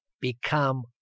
become